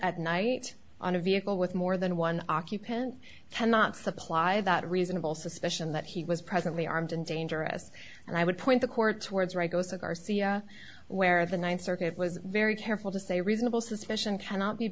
at night on a vehicle with more than one occupant cannot supply that reasonable suspicion that he was presently armed and dangerous and i would point the court towards rego's of r c i where the ninth circuit was very careful to say reasonable suspicion cannot be